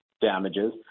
damages